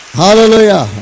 hallelujah